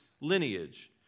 lineage